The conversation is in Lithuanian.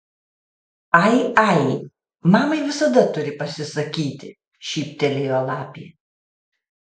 ai ai mamai visada turi pasisakyti šyptelėjo lapė